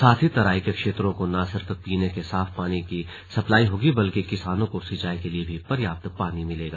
साथ ही तराई के क्षेत्रों को न सिर्फ पीने के साफ पानी की सप्लाई होगी बल्कि किसानों को सिंचाई के लिए भी पर्याप्त पानी मिल सकेगा